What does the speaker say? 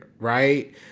Right